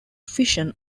fission